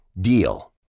DEAL